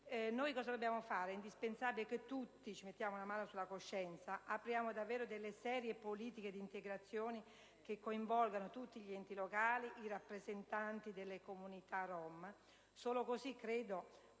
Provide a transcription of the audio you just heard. che cosa dobbiamo fare? È indispensabile che tutti ci mettiamo una mano sulla coscienza ed apriamo davvero delle serie politiche di integrazione che coinvolgano tutti gli enti locali e i rappresentanti delle comunità rom. Solo in tal